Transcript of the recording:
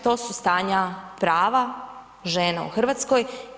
To su stanja prava žena u Hrvatskoj.